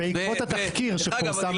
בעקבות התחקיר שפורסם --- דרך אגב,